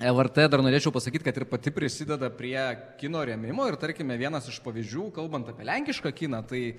lrt dar norėčiau pasakyt kad ir pati prisideda prie kino rėmimo ir tarkime vienas iš pavyzdžių kalbant apie lenkišką kiną tai